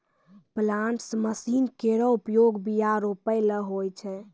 planters machine केरो प्रयोग बीया रोपै ल होय छै